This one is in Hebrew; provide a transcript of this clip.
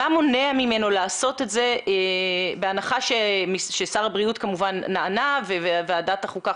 מה מונע ממנו לעשות זאת בהנחה ששר הבריאות כמובן נענה וועדת החוקה,